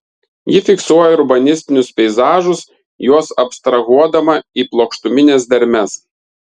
ji fiksuoja urbanistinius peizažus juos abstrahuodama į plokštumines dermes